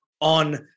On